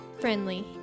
friendly